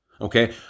Okay